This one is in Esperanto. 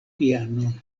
pianon